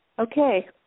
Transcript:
Okay